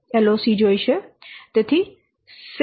તેથી 661